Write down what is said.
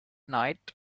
night